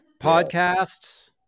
Podcasts